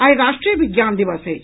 आइ राष्ट्रीय विज्ञान दिवस अछि